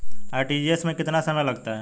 RTGS में कितना समय लगता है?